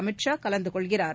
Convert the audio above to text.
அமித் ஷா கலந்து கொள்கிறார்